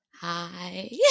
Hi